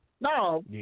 No